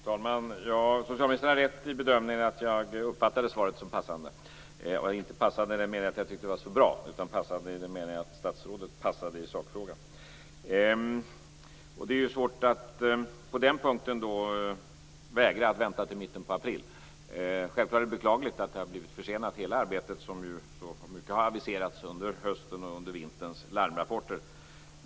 Fru talman! Socialministern har rätt i bedömningen att jag uppfattade svaret som passande, inte i den meningen att jag tyckte att det var så bra utan passande i den meningen att statsrådet passade i sakfrågan. Det är ju svårt att på den punkten vägra att vänta till i mitten av april. Självklart är det beklagligt att hela det arbete som har aviserats så mycket under hösten och vintern då det har kommit larmrapporter har försenats.